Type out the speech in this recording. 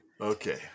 Okay